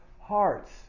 hearts